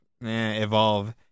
evolve